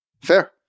Fair